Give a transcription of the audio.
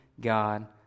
God